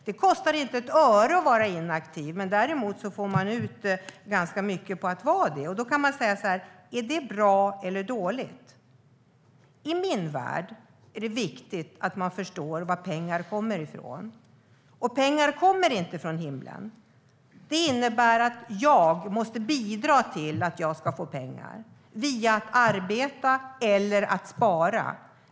Det kostar inte ett öre att vara inaktiv, däremot får man ut ganska mycket på att vara det. Är det bra eller dåligt? I min värld är det viktigt att man förstår var pengar kommer från. Pengar kommer inte från himlen. Jag måste bidra till att jag ska få pengar genom att arbeta eller spara.